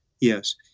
Yes